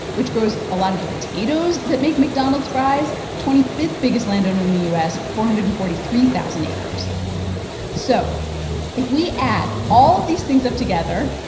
which grows a lot of the potatoes that make mcdonald's fries twenty fifth biggest landowner in the u s. four hundred and forty three thousand acres so if we add all of these things up together,